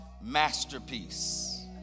masterpiece